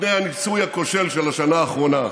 לפני הניסוי הכושל של השנה האחרונה.